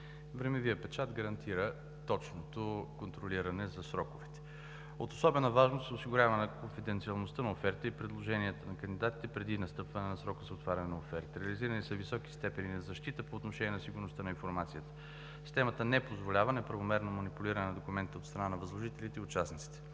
Времевият печат гарантира точното контролиране на сроковете. От особена важност е осигуряването конфиденциалността на офертите и предложенията на кандидатите преди настъпване на срока за отваряне на офертите. Реализирани са високи степени на защита по отношение на сигурността на информацията. Системата не позволява неправомерно манипулиране на документите от страна на възложителите и участниците.